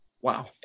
Wow